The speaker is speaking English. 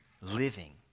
living